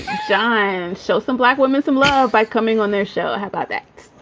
john, show some black women some love by coming on their show. how about that?